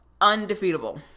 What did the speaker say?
undefeatable